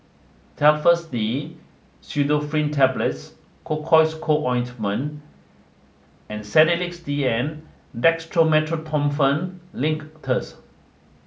Telfast D Pseudoephrine Tablets Cocois Co Ointment and Sedilix D M Dextromethorphan Linctus